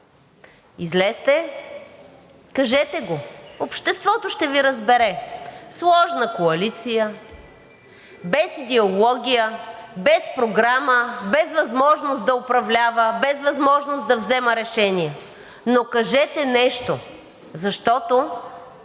Излезте, кажете го, обществото ще Ви разбере – сложна коалиция, без идеология, без програма, без възможност да управлява, без възможност да взема решения. Но кажете нещо, защото